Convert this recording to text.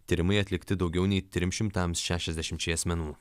tyrimai atlikti daugiau nei trims šimtams šešiasdešimčiai asmenų